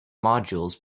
modules